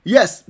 Yes